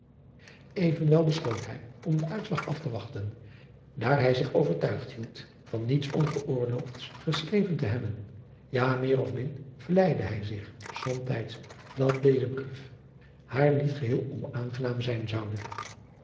evenwel besloot hij om den uitslag af te wachten daar bij zich overtuigd hield van niets ongeoorloofds geschreven te hebben ja meer of min vleide hij zich somtijds dat zijn brief haar niet geheel onaangenaam zijn zoude